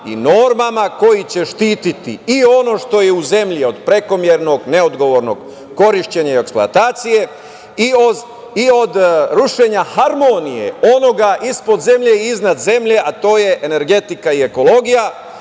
i normama koji će štititi i ono što je u zemlji od prekomernog, neodgovornog korišćenja i eksploatacije i od rušenja harmonije onoga ispod zemlje i iznad zemlje, a to je energetika i ekologija.